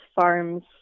farms